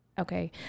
okay